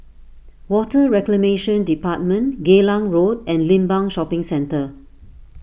Water Reclamation Department Geylang Road and Limbang Shopping Centre